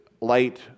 light